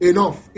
Enough